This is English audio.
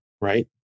right